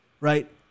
Right